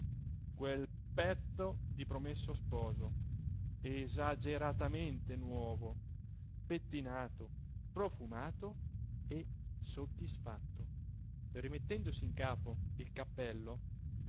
quel pezzo di promesso sposo esageratamente nuovo pettinato profumato e soddisfatto rimettendosi in capo il cappello